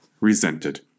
resented